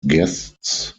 guests